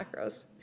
macros